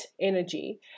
energy